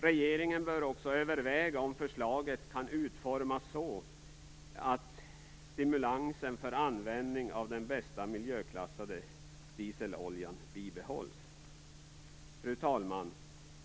Regeringen bör också överväga om förslaget kan utformas på ett sådant sätt att stimulansen för användning av den bästa miljöklassade dieseloljan bibehålls. Fru talman!